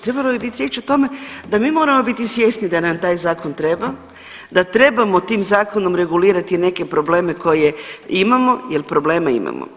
Trebalo bi biti riječi o tome da mi moramo biti svjesni da nam taj zakon treba, da trebamo tim zakonom regulirati neke probleme koje imamo jer problema imamo.